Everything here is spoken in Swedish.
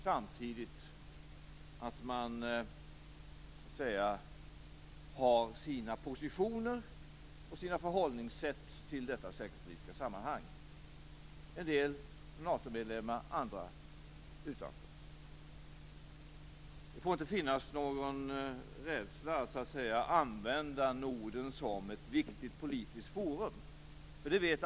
Samtidigt har man sina positioner och sina förhållningssätt till detta säkerhetspolitiska sammanhang, en del som NATO Det får inte finnas någon rädsla för att använda Norden som ett viktigt politiskt forum.